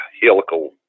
Helical